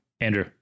andrew